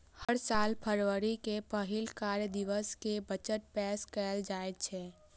हर साल फरवरी के पहिल कार्य दिवस कें बजट पेश कैल जाइ छै